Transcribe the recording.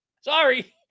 sorry